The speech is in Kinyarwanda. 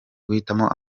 guhitamo